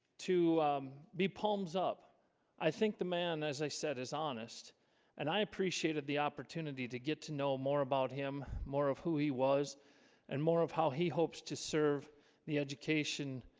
to be palms up i think the man as i said is honest and i appreciated the opportunity to get to know more about him more of who he was and more of how he hopes to serve the education